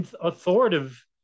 authoritative